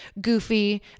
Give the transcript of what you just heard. goofy